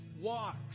walks